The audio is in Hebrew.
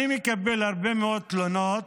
אני מקבל הרבה מאוד תלונות